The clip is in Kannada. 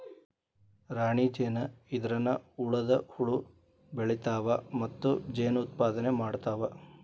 ರಾಣಿ ಜೇನ ಇದ್ರನ ಉಳದ ಹುಳು ಬೆಳಿತಾವ ಮತ್ತ ಜೇನ ಉತ್ಪಾದನೆ ಮಾಡ್ತಾವ